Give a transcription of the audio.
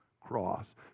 cross